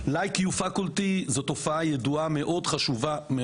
אבל לייק יו פקולטי זו תופעה ידועה ומאוד חשובה.